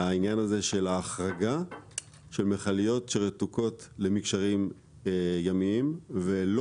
החרגת מכליות שרתוקות למקשרים ימיים ולא